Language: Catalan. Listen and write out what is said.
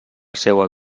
seua